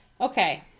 Okay